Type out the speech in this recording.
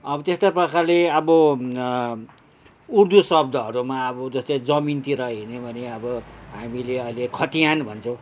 अब त्यस्तै प्रकारले अब उर्दू शब्दहरूमा अब जस्तै जमिनतिर हेर्ने भने अब हामीले अहिले खतियान भन्छौँ